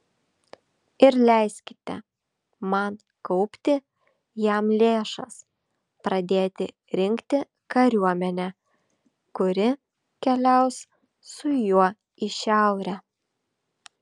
ir leiskite man kaupti jam lėšas pradėti rinkti kariuomenę kuri keliaus su juo į šiaurę